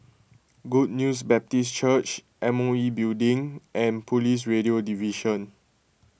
Good News Baptist Church M O E Building and Police Radio Division